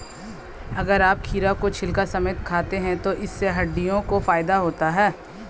अगर आप खीरा को छिलका समेत खाते हैं तो इससे हड्डियों को फायदा होता है